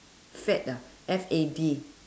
fad ah F A D